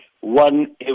one